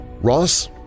Ross